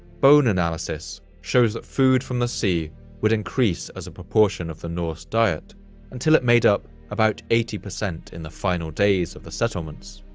bone analysis shows that food from the sea would increase as a proportion of the norse diet until it made up about eighty percent in the final days of the settlements.